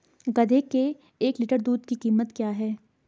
गधे के एक लीटर दूध की कीमत क्या है?